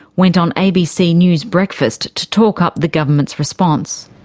went on abc news breakfast to talk up the government's response.